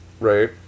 Right